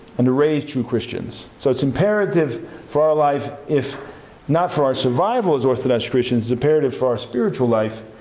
and to raise true christians. so, it's imperative for our life, if not for our survival as orthodox christians it's imperative for our spiritual life.